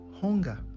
hunger